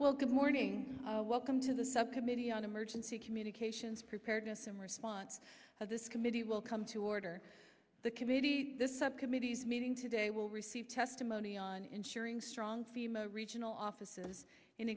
well good morning welcome to the subcommittee on emergency communications preparedness and response of this committee will come to order the committee this subcommittees meeting today will receive testimony on ensuring strong female regional offices and